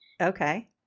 Okay